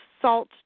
salt